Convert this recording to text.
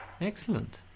Excellent